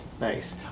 Nice